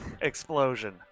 explosion